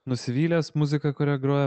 nusivylęs muzika kurią groja